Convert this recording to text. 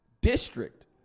district